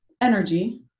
energy